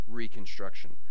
reconstruction